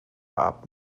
hop